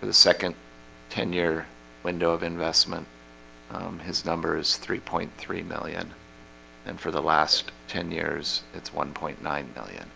for the second tenure window of investment his number is three point three million and for the last ten years. it's one point nine million